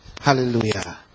Hallelujah